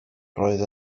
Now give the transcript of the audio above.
roedd